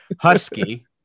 Husky